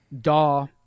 DAW